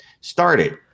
started